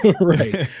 right